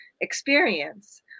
experience